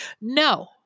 no